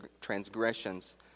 transgressions